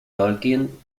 tolkien